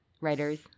writers